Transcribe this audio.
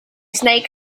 snake